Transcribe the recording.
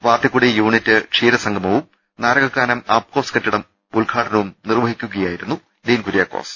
Vathikudy unit ക്ഷീരസംഗമവും നാര കക്കാനം ആപ്കോസ് കെട്ടിടവും ഉദ്ഘാടനം ചെയ്യുകയായി രുന്നു ഡീൻകുര്യാക്കോസ്